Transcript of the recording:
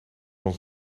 ons